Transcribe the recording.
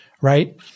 right